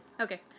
Okay